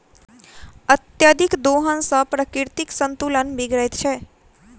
अत्यधिक दोहन सॅ प्राकृतिक संतुलन बिगड़ैत छै